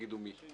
יהיה לוויכוח.